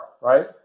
right